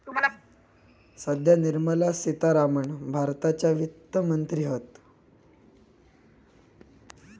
सध्या निर्मला सीतारामण भारताच्या वित्त मंत्री हत